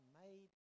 made